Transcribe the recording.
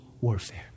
warfare